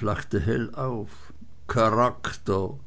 lachte hell auf charakter